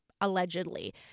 allegedly